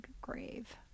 grave